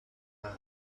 man